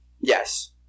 yes